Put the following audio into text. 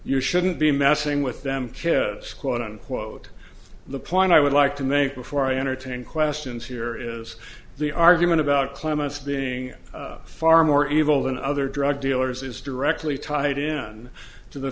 you shouldn't be messing with them kids quote unquote the plan i would like to make before i entertain questions here is the argument about clements being far more evil than other drug dealers is directly tied in to the